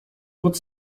pod